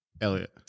Elliot